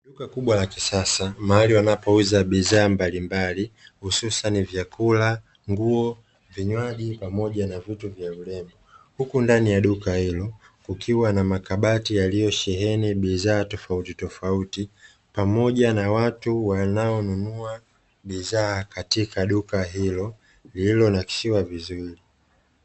Duka kubwa la kisasa mahali wanapouza bidhaa mbalimbali hususa ni vyakula, nguo, vinywaji pamoja na vitu vya urembo. Huku ndani ya duka hilo kukiwa na makabati yaliyosheheni bidhaa tofauti tofauti pamoja na watu wanao nunua bidhaa katika duka hilo lililo nakishiwa vizuri.